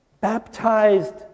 baptized